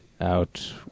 out